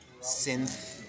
synth